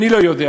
אני לא יודע.